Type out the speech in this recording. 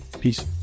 Peace